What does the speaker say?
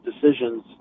decisions